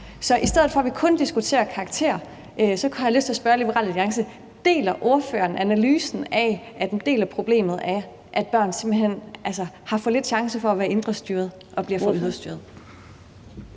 Så i stedet for at vi kun diskuterer karakterer, har jeg lyst til at spørge Liberal Alliance: Deler ordføreren analysen af, at en del af problemet er, at børn simpelt hen har for få chancer for at være indrestyret og bliver for ydrestyret?